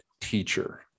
teacher